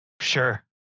Sure